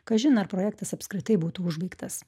kažin ar projektas apskritai būtų užbaigtas